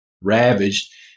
ravaged